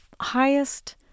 highest